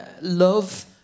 love